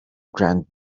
grand